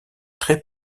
très